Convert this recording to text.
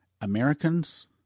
Americans